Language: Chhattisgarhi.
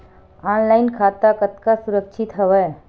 ऑनलाइन खाता कतका सुरक्षित हवय?